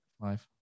Five